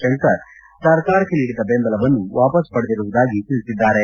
ಶಂಕರ್ ಸರ್ಕಾರಕ್ಷ ನೀಡಿದ್ದ ಬೆಂಬಲವನ್ನು ವಾಪಸ್ ಪಡೆದಿರುವುದಾಗಿ ತಿಳಿಸಿದ್ದಾರೆ